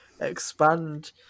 expand